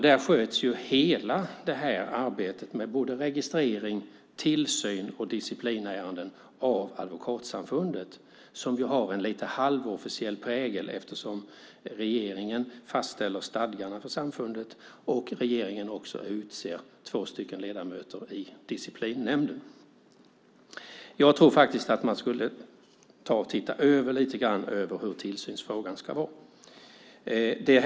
Där sköts hela arbetet med registrering, tillsyn och disciplinärenden av Advokatsamfundet, som har en lite halvofficiell prägel, eftersom regeringen fastställer stadgarna för samfundet och också utser två ledamöter i disciplinnämnden. Man borde titta över hur tillsynsfrågan ska se ut.